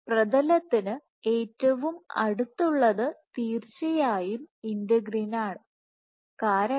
പ്രതലത്തിനു ഏറ്റവും അടുത്തുള്ളത് തീർച്ചയായും ഇന്റഗ്രിനാണ് കാരണം